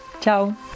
Ciao